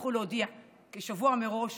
יצטרכו להודיע כשבוע מראש